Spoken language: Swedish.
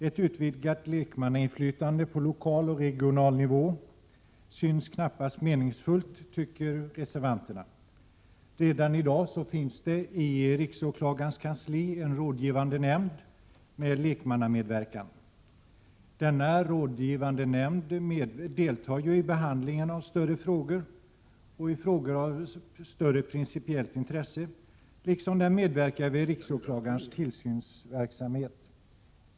Ett utvidgat lekmannainflytande på lokal och regional nivå syns knappast meningsfullt, tycker reservanterna. Redan i dag finns det i riksåklagarens kansli en rådgivande nämnd med lekmannamedverkan. Denna rådgivande nämnd deltar i behandlingen av större frågor och frågor av principiellt intresse, liksom den medverkar vid riksåklagarens tillsynsverksamhet.